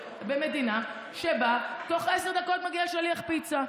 במדינה שבה תוך עשר דקות מגיע שליח פיצה.